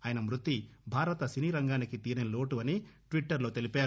ఆయన మృతి భారత సినీరంగానికి తీరని లోటు అని ట్విట్లర్ లో తెలిపారు